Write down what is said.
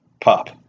pop